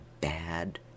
bad